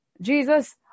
Jesus